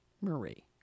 Marie